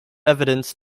evidence